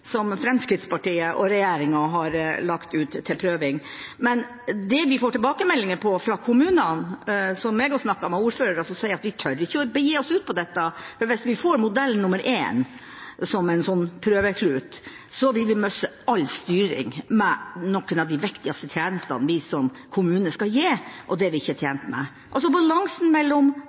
som Fremskrittspartiet og regjeringa har lagt ut til prøving. Men det vi får tilbakemeldinger om fra kommunene og ordførere som jeg har snakket med, er at de ikke tør begi seg ut på dette, for hvis de får modell nr. 1, som en sånn prøveklut, vil de miste all styring med noen av de viktigste tjenestene de som kommune skal gi, og det er de ikke